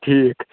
ٹھیٖک